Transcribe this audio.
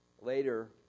later